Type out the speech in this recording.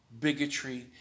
bigotry